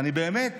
אני באמת